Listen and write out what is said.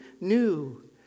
new